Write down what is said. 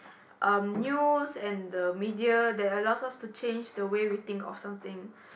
um news and the media that allows us to change the way we think of something